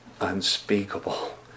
unspeakable